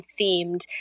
themed